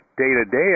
day-to-day